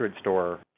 store